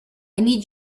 need